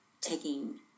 taking